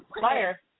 Fire